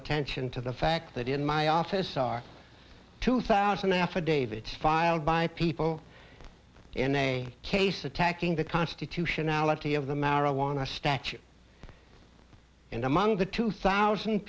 attention to the fact that in my office are two thousand affidavits filed by people in a case attacking the constitutionality of the marijuana statute and among the two thousand